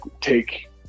take